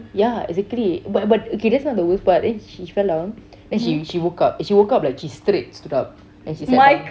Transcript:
ya exactly but but okay that's not the worst part then she fell down then she she woke up she woke up like she straight stood up then she sat down